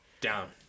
Down